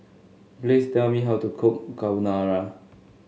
please tell me how to cook Carbonara